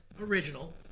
original